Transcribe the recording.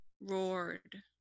roared